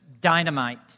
dynamite